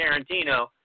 Tarantino